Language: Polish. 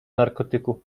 narkotyku